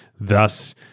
Thus